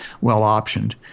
well-optioned